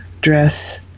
dress